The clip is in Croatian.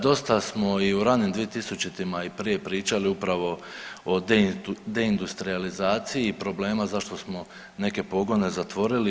Dosta smo i u ranim 2000-tima i prije pričali upravo o deindustrijalizaciji i problemu zašto smo neke pogone zatvorili.